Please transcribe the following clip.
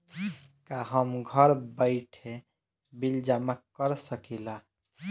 का हम घर बइठे बिल जमा कर शकिला?